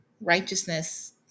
righteousness